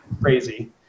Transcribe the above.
crazy